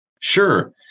Sure